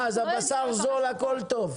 אה, אז הבשר זול, הכול טוב.